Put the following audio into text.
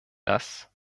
dass